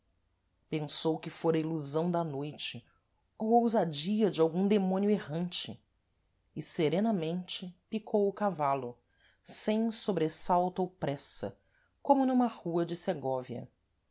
pensou que fôra ilusão da noite ou ousadia de algum demónio errante e serenamente picou o cavalo sem sobressalto ou pressa como numa rua de segóvia